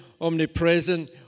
omnipresent